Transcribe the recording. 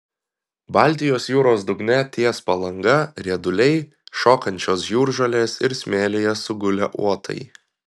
baltijos jūros dugne ties palanga rieduliai šokančios jūržolės ir smėlyje sugulę uotai